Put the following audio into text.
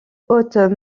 hautes